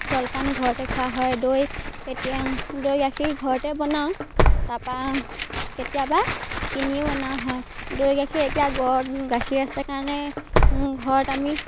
জলপান ঘৰতে খোৱা হয় দৈ কেতিয়া দৈ গাখীৰ ঘৰতে বনাওঁ তাৰপৰা কেতিয়াবা কিনিও অনা হয় দৈ গাখীৰ এতিয়া ঘৰত গাখীৰ আছে কাৰণে ঘৰত আমি